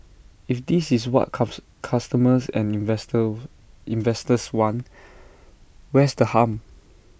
if this is what customers and investor investors want where's the harm